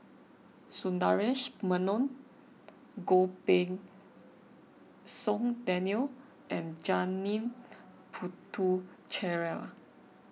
Sundaresh Menon Goh Pei Siong Daniel and Janil Puthucheary